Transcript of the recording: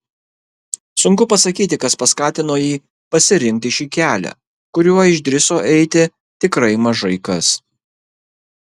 sunku pasakyti kas paskatino jį pasirinkti šį kelią kuriuo išdrįso eiti tikrai mažai kas